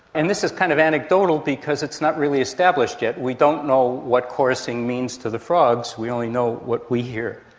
and this is kind of anecdotal because it's not really established yet, we don't know what chorusing means to the frogs, we only know what we hear.